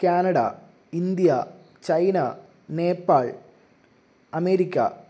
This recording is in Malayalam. Canada India China Nepal America